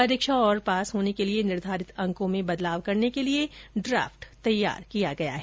परीक्षा और पास होने के लिए निर्धारित अंकों में बदलाव करने के लिए ड्राफ्ट तैयार किया गया है